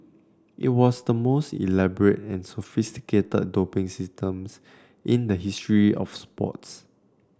it was the most elaborate and sophisticated doping systems in the history of sports